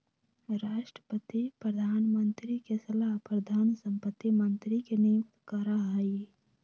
राष्ट्रपति प्रधानमंत्री के सलाह पर धन संपत्ति मंत्री के नियुक्त करा हई